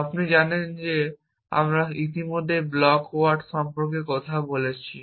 আপনি জানেন যে আমরা ইতিমধ্যেই ব্লক ওয়ার্ল্ড সম্পর্কে কথা বলেছি